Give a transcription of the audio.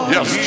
Yes